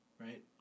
Right